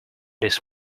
this